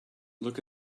look